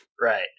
Right